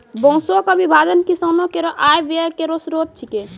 बांसों क विभाजन किसानो केरो आय व्यय केरो स्रोत छिकै